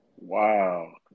Wow